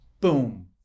Boom